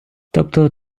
тобто